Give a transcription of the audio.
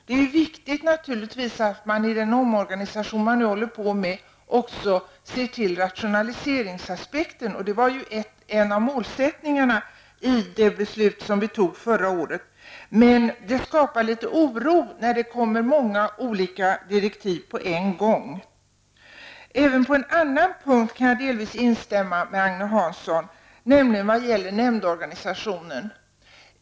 Det är naturligtvis viktigt att man i den omorganisation man håller på med också ser till rationaliseringsaspekten. Det var en av målsättningarna i det beslut som vi fattade förra året. Det skapar dock litet oro när det kommer många olika direktiv på en gång. Även på en annan punkt kan jag delvis instämma med Agne Hansson, nämligen när det gäller nämndorganisationen.